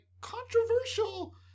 controversial